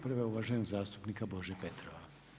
Prva je uvaženog zastupnika Bože Petrova.